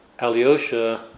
Alyosha